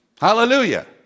Hallelujah